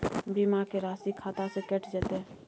बीमा के राशि खाता से कैट जेतै?